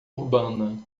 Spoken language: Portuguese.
urbana